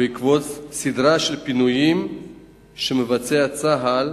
בעקבות סדרה של פינויים שמבצע צה"ל